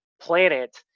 planet